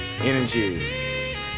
Energies